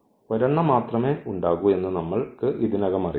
ഒരെണ്ണം മാത്രമേ ഉണ്ടാകൂ എന്ന് നമ്മൾക്ക് ഇതിനകം അറിയാം